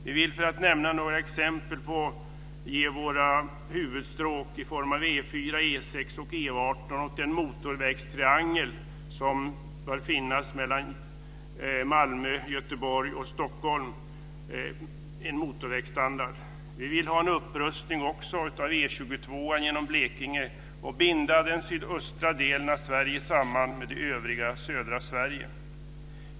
Vi vill - för att nämna några exempel - ge våra huvudstråk i form av E 4, E 6 och E 18 motorvägsstandard i de delar där de ännu inte har det. Det gäller alltså den motorvägstriangel som bör finnas mellan Malmö, Göteborg och Stockholm. Vi vill ha en upprustning av E 22 genom Blekinge och binda den sydöstra delen av Sverige samman med det övriga södra Sverige.